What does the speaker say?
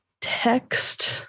text